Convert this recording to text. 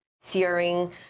searing